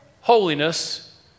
Holiness